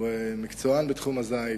הוא מקצוען בתחום הזית,